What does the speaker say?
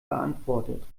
beantwortet